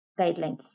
guidelines